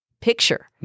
picture